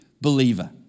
believer